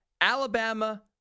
Alabama